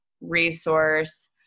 resource